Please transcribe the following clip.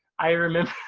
i remember,